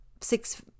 six